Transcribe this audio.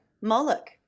Moloch